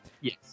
yes